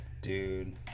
Dude